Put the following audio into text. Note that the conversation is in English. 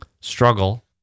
struggle